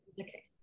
Okay